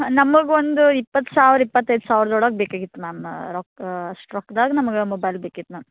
ನಮಗೆ ಒಂದು ಇಪ್ಪತ್ತು ಸಾವಿರ ಇಪ್ಪತ್ತೈದು ಸಾವಿರದೊಳಗೆ ಬೇಕಾಗಿತ್ತು ಮ್ಯಾಮ್ ರೊಕ್ಕ ಅಷ್ಟು ರೊಕ್ದಾಗೆ ನಮ್ಗೆ ಮೊಬೈಲ್ ಬೇಕಿತ್ತು ಮ್ಯಾಮ್